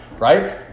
right